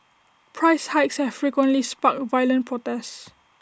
price hikes have frequently sparked violent protests